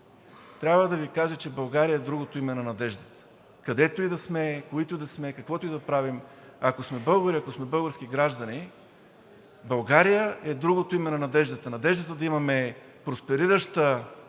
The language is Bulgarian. трябва да Ви кажа, че България е името на надеждата. Където и да сме, които и да сме, каквото и да правим, ако сме български граждани, това е другото име на надеждата – надеждата да имаме просперираща